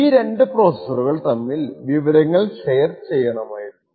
ഈ രണ്ടു പ്രോസെസ്സുകൾ തമ്മിൽ വിവരങ്ങൾ ഷെയർ ചെയ്യണമായിരുന്നു